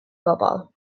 bobol